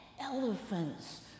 elephants